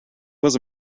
was